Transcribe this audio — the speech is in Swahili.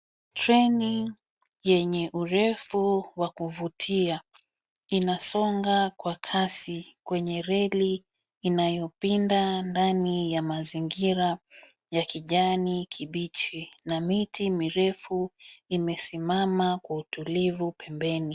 Treni yenye urefu wa kuvutia inasonga kwa kasi kwenye reli inayopinda ndani ya mazingira ya kijani kibichi na miti mirefu imesimama kwa utulivu pembeni.